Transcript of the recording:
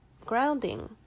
grounding